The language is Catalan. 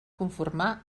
conformar